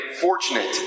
fortunate